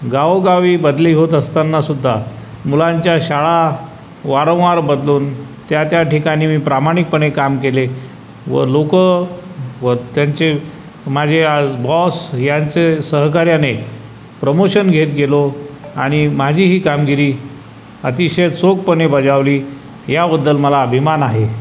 गावोगावी बदली होत असतानासुद्धा मुलांच्या शाळा वारंवार बदलून त्या त्या ठिकाणी मी प्रामाणिकपणे काम केले व लोकं व त्यांचे माझे आज बॉस यांचे सहकार्याने प्रमोशन घेत गेलो आणि माझी ही कामगिरी अतिशय चोखपणे बजावली याबद्दल मला अभिमान आहे